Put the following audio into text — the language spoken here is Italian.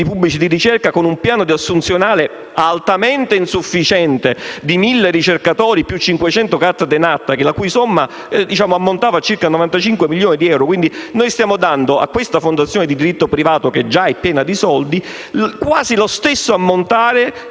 pubblici di ricerca, con un piano assunzionale altamente insufficiente di 1.000 ricercatori e di 500 "cattedre Natta", la cui somma ammontava a circa 95 milioni di euro. Ebbene, noi stiamo dando a questa fondazione di diritto privato, che è già piena di soldi, quasi lo stesso ammontare